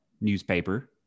newspaper